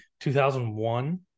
2001